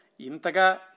intaga